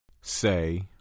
Say